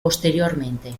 posteriormente